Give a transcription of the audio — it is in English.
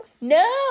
No